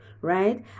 right